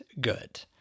good